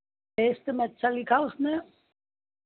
test में अच्छा लिखा उसने